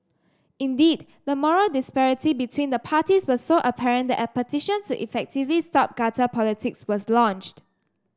indeed the moral disparity between the parties was so apparent that a petition to effectively stop gutter politics was launched